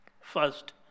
First